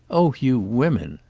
oh you women!